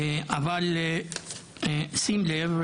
אבל שים לב,